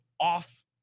off